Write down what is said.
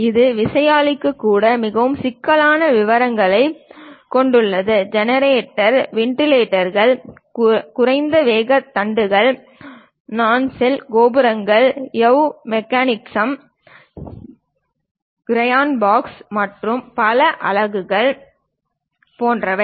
இது விசையாழிக்கு கூட மிகவும் சிக்கலான விவரங்களைக் கொண்டுள்ளது ஜெனரேட்டர் விண்ட் வேன்கள் குறைந்த வேக தண்டுகள் நாசெல் கோபுரங்கள் யவ் மெக்கானிசம் கியர்பாக்ஸ் மற்றும் பல அலகுகள் போன்றவை